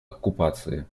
оккупации